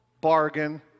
bargain